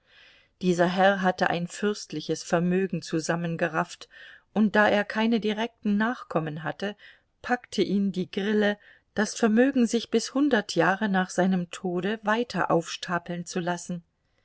dieser herr hatte ein fürstliches vermögen zusammengerafft und da er keine direkten nachkommen hatte packte ihn die grille das vermögen sich bis hundert jahre nach seinem tode weiter aufstapeln zu lassen